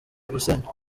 gusenywa